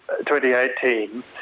2018